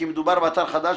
כי מדובר באתר חדש,